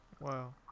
wow